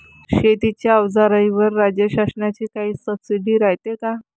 शेतीच्या अवजाराईवर राज्य शासनाची काई सबसीडी रायते का?